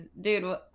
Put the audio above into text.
Dude